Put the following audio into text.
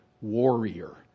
warrior